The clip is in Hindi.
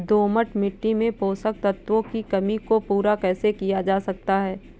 दोमट मिट्टी में पोषक तत्वों की कमी को पूरा कैसे किया जा सकता है?